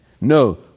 No